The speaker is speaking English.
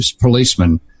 policemen